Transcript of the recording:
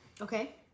Okay